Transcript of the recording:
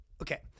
Okay